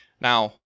Now